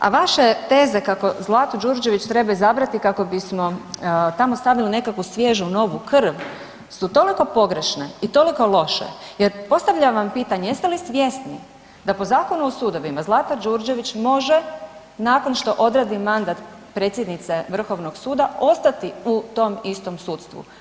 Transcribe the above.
A vaše teze kao Zlatu Đurđević treba izabrati kako bismo tamo stavili nekakvu svježu, novu krv su toliko pogrešne i toliko loše jer postavljam vam pitanje jeste li svjesni da po Zakonu o sudovima Zlata Đurđević može nakon što odradi mandat predsjednice Vrhovnog suda ostati u tom istom sudstvu.